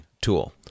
tool